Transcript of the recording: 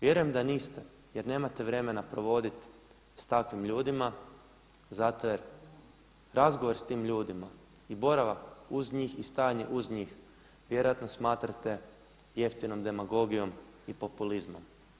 Vjerujem da niste jer nemate vremena provoditi s takvim ljudima zato jer razgovor sa tim ljudima i boravak uz njih i stajanje uz njih vjerojatno smatrate jeftinom demagogijom i populizmom.